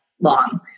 long